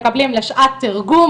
לשעת תרגום.